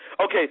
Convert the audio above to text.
Okay